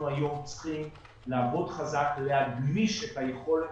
אנחנו היום צריכים לעבוד חזק ולהגמיש את היכולת,